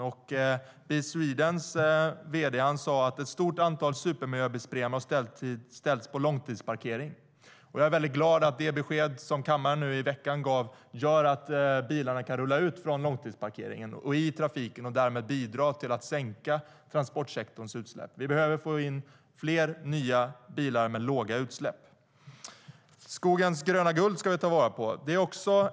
Vd:n på Bil Sweden sade att ett stort antal bilar med supermiljöbilspremier har ställts på långtidsparkering. Jag är mycket glad över det besked som kammaren gav i veckan. Det gör att bilarna kan rulla ut från långtidsparkeringen, ut i trafiken och därmed bidra till att sänka transportsektorns utsläpp. Vi behöver få in fler nya bilar med låga utsläpp. Skogens gröna guld ska vi ta vara på.